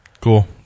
Cool